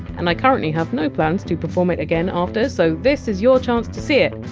and i currently have no plans to perform it again after, so this is your chance to see it.